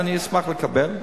אני אשמח לקבל,